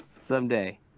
Someday